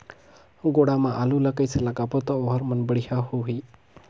गोडा मा आलू ला कइसे लगाबो ता ओहार मान बेडिया होही?